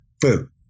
food